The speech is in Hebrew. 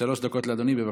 שלוש דקות לאדוני, בבקשה.